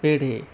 पेढे